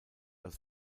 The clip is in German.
als